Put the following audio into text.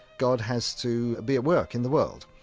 god has to be at work in the world.